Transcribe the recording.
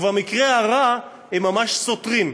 ובמקרה הרע הם ממש סותרים.